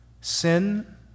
sin